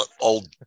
old